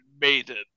Maiden